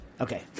Okay